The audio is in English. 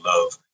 love